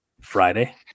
Friday